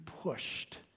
pushed